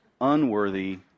unworthy